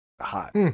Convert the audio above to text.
hot